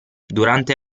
durante